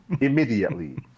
immediately